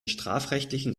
strafrechtlichen